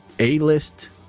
A-list